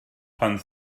pan